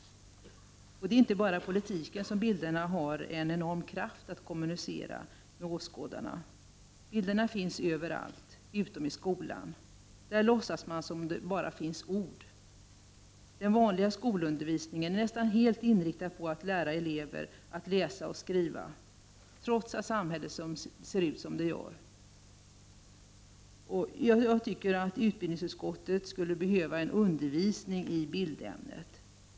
Det är inte bara i politiken som bilderna har en enorm kraft att kommunicera med åskådarna. Bilderna finns överallt utom i skolan. Där låtsas man att det bara finns ord. Den vanliga skolundervisningen är nästan helt inriktad på att lära elever att läsa och skriva, trots att samhället ser ut som det gör. Jag tycker att utbildningsutskottet skulle behöva undervisning i bildämnet.